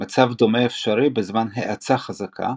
מצב דומה אפשרי בזמן האצה חזקה,